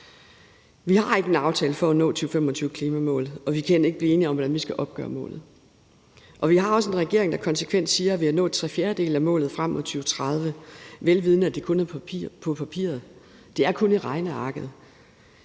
Vi har ikke en aftale for at nå 2025-klimamålet, og vi kan ikke blive enige om, hvordan vi skal opgøre målet. Vi har også en regering, der konsekvent siger, at vi har nået tre fjerdedele af målet frem mod 2030-målet, vel vidende at det kun er på papiret. Det er kun i regnearket,